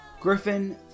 Griffin